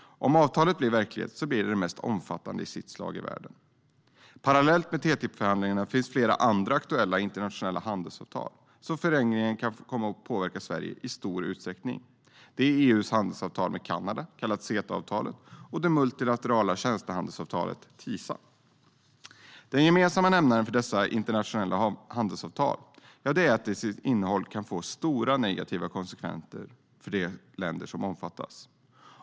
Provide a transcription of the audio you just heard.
Om avtalet blir verklighet skulle det bli det mest omfattande av sitt slag i världen. Parallellt med TTIP-förhandlingarna finns flera andra aktuella internationella handelsavtal som i förlängningen kan komma att påverka Sverige i stor utsträckning. Det är EU:s handelsavtal med Kanada, CETA-avtalet, och det multilaterala tjänstehandelsavtalet TISA. Den gemensamma nämnaren för dessa internationella handelsavtal är att de har ett innehåll som kan få stora negativa konsekvenser för de länder som omfattas.